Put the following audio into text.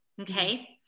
okay